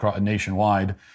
nationwide